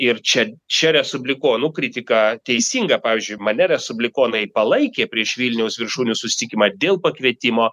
ir čia čia respublikonų kritika teisinga pavyzdžiui mane respublikonai palaikė prieš vilniaus viršūnių susitikimą dėl pakvietimo